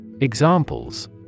Examples